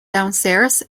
downstairs